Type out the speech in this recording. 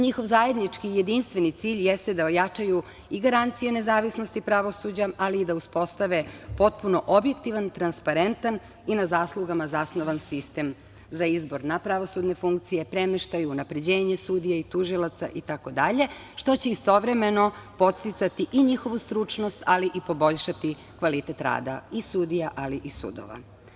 Njihov zajednički i jedinstveni cilj jeste da ojačaju i garancije nezavisnosti pravosuđa, ali i da uspostave potpuno objektivan, transparentan i na zaslugama zasnivan sistem za izbor na pravosudne funkcije, premeštaj, unapređenje sudija i tužilaca, itd. što će istovremeno podsticati i njihovu stručnost, ali i poboljšati kvalitet rada i sudija, ali i sudova.